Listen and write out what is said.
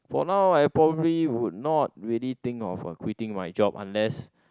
for now I probably would not really think of a quitting my job unless